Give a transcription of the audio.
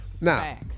Now